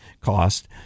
cost